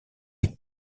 est